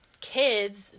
kids